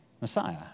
Messiah